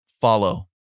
follow